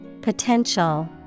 Potential